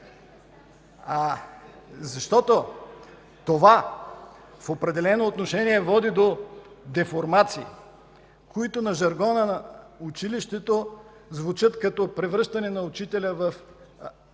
Защото това в определено отношение води до деформации, които на жаргона на училището звучат като „Превръщане на ученика